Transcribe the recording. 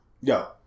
Yo